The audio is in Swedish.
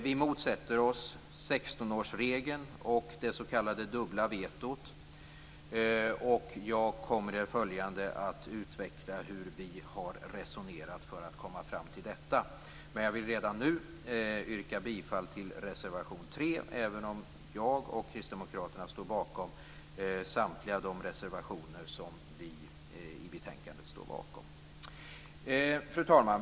Vi motsätter oss dock 16 årsregeln och det s.k. dubbla vetot. Jag kommer i det följande att utveckla hur vi har resonerat för att komma fram till detta. Dessförinnan yrkar jag bifall till reservation 3, även om jag och övriga kristdemokrater står bakom samtliga reservationer i betänkandet som vi har undertecknat. Fru talman!